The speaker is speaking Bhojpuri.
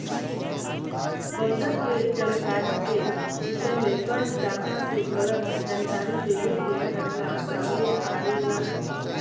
बंधक के जानकारी के विषय में कर्ज दाता से गलत जानकारी देवे के घटना सामने आवेला